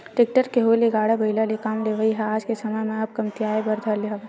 tractor के होय ले गाड़ा बइला ले काम लेवई ह आज के समे म अब कमतियाये बर धर ले हवय